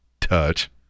Touch